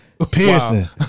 Pearson